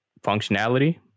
functionality